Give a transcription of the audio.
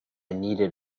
needed